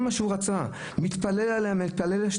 כל מה שהוא רצה, מתפלל שתעבור.